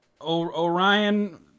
Orion